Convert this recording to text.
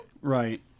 Right